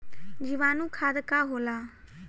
जीवाणु खाद का होला?